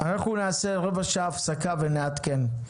אנחנו נעשה רבע שעה הפסקה ונעדכן,